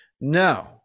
no